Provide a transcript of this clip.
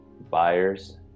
buyers